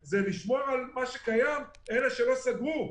זה לשמור על מה שקיים, אלה שלא סגרו.